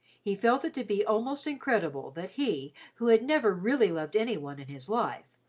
he felt it to be almost incredible that he who had never really loved any one in his life,